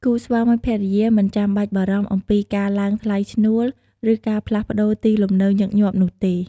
គូស្វាមីភរិយាមិនចាំបាច់បារម្ភអំពីការឡើងថ្លៃឈ្នួល ឬការផ្លាស់ប្ដូរទីលំនៅញឹកញាប់នោះទេ។